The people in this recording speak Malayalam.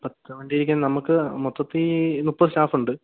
നമ്മള്ക്കു മൊത്തത്തില് ഈ മുപ്പത് സ്റ്റാഫ് ഉണ്ട്